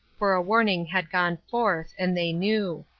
for a warning had gone forth, and they knew.